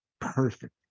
perfect